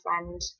friend